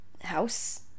House